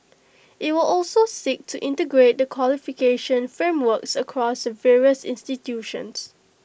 IT will also seek to integrate the qualification frameworks across the various institutions